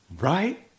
Right